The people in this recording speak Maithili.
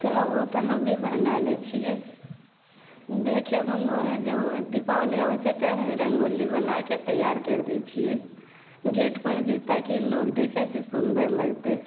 थोड़ा बहुत तऽ हमहूँ बनै लै छिए देखेमे जब दीपावली आबै छै तऽ रङ्गोली बनैके तैआर करि दै छिए गेटपर जे ताकि लोक देखे तऽ सुन्दर लगतै